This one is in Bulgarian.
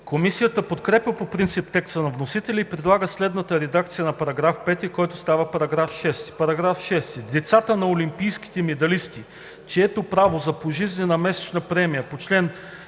Комисията подкрепя по принцип текста на вносителя и предлага следната редакция на § 5, който става § 6: „§ 6. Децата на олимпийските медалисти, чието право на пожизнена месечна премия по чл.